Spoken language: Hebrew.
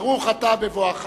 ברוך אתה בבואך,